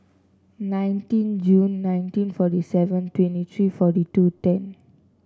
nineteen Jun nineteen forty seven twenty three forty two ten